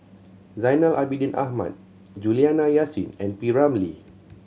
Zainal Abidin Ahmad Juliana Yasin and P Ramlee